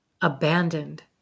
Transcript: abandoned